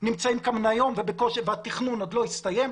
נמצאים כאן היום והתכנון עוד לא הסתיים.